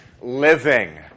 living